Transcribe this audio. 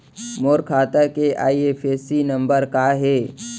मोर खाता के IFSC number का हे?